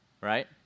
right